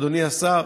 אדוני השר.